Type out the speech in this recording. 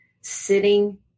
sitting